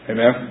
Amen